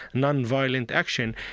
nonviolent action.